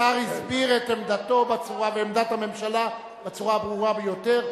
השר הסביר את עמדתו ועמדת הממשלה בצורה הברורה ביותר.